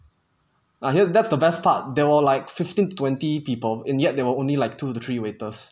ah here that's the best part there were like fifteen to twenty people and yet there were only like two or three waiters